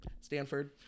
Stanford